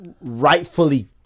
rightfully